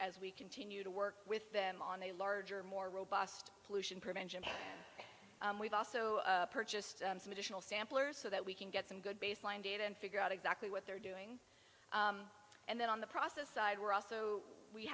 as we continue to work with them on the larger more robust pollution prevention we've also purchased some additional samplers so that we can get some good baseline data and figure out exactly what they're doing and then on the process side we're also we